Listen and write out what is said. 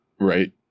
Right